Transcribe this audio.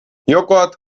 joghurt